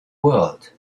world